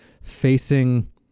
facing